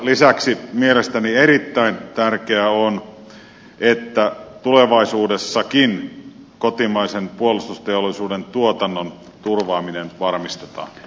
lisäksi mielestäni erittäin tärkeää on että tulevaisuudessakin kotimaisen puolustusteollisuuden tuotannon turvaaminen varmistetaan